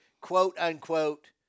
quote-unquote